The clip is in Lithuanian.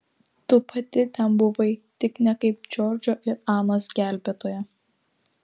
tu pati ten buvai tik ne kaip džordžo ir anos gelbėtoja